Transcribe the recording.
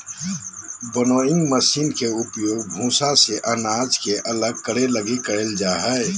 winnowing machine के उपयोग भूसा से अनाज के अलग करे लगी कईल जा हइ